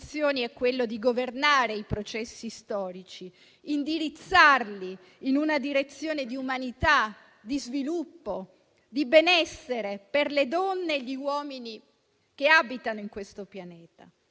istituzioni è governare i processi storici, indirizzarli in una direzione di umanità, di sviluppo e di benessere per le donne e gli uomini che abitano in questo pianeta.